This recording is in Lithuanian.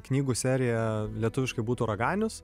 knygų seriją lietuviškai būtų raganius